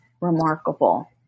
remarkable